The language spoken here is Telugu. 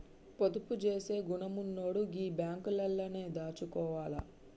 పొదుపు జేసే గుణమున్నోడు గీ బాంకులల్లనే దాసుకోవాల